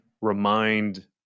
remind